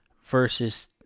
versus